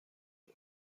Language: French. une